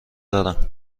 دارم